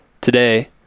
Today